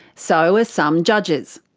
so ah some judges.